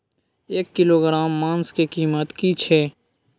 एक किलोग्राम मांस के कीमत की छै?